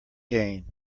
gain